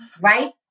right